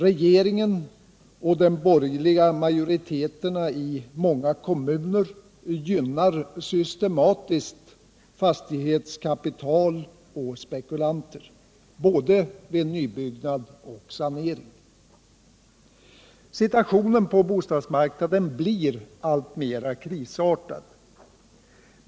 Regeringen — och borgerliga majoriteter i många kommuner — gynnar systematiskt fastighetskapital och spekulanter, både vid nybyggnad och vid sanering. Situationen på bostadsmarknaden blir alltmer krisartad.